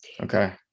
okay